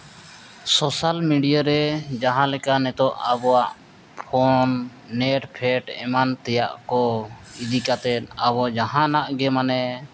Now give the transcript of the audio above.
social media ᱨᱮ ᱡᱟᱦᱟᱸ ᱞᱮᱠᱟ ᱱᱤᱛᱚᱜ ᱟᱵᱚᱣᱟᱜ ᱯᱷᱳᱱ ᱱᱮᱴ ᱯᱷᱮᱴ ᱮᱢᱟᱱ ᱛᱮᱭᱟᱜ ᱠᱚ ᱤᱫᱤ ᱠᱟᱛᱮᱫ ᱟᱵᱚ ᱡᱟᱦᱟᱱᱟᱜ ᱜᱮ ᱢᱟᱱᱮ